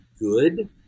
good